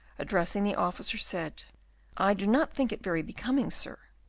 addressing the officer, said i do not think it very becoming sir,